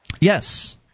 yes